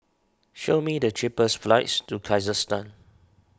show me the cheapest flights to Kazakhstan